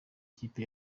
ikipe